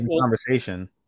conversation